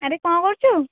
ଆରେ କ'ଣ କରୁଛୁ